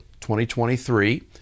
2023